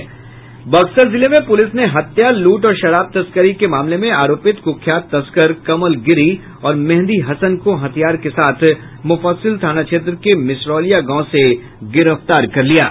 बक्सर जिले में पुलिस ने हत्या लूट और शराब तस्करी मामले में आरोपित कुख्यात तस्कर कमल गिरि और मेहंदी हसन को हथियार के साथ मुफस्सिल थाना क्षेत्र के मिश्रौलिया गांव से गिरफ्तार कर लिया है